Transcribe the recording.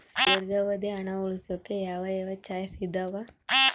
ದೇರ್ಘಾವಧಿ ಹಣ ಉಳಿಸೋಕೆ ಯಾವ ಯಾವ ಚಾಯ್ಸ್ ಇದಾವ?